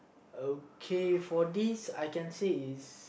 okay for this I can say is